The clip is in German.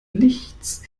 lichts